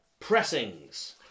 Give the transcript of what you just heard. Pressings